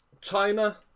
China